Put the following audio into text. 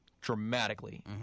dramatically